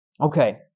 Okay